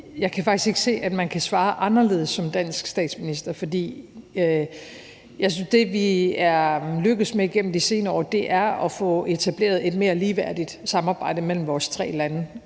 jeg kan faktisk ikke se, at man kan svare anderledes som dansk statsminister. For jeg synes, at det, vi er lykkedes med igennem de senere år, er at få etableret et mere ligeværdigt samarbejde mellem vores tre lande.